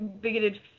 bigoted